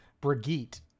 Brigitte